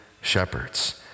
shepherds